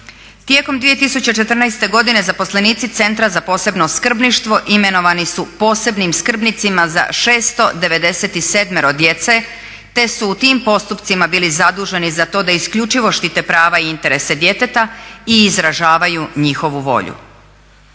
Tijekom 2014. godine zaposlenici centra za posebno skrbništvo imenovani su posebnim skrbnicima za 697 djece te su u tim postupcima bili zaduženi za to da isključivo štite prava i interesa djeteta i izražavaju njihovu volju.